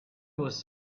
was